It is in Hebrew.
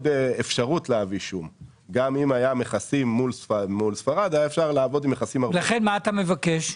מה אתה מבקש?